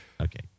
Okay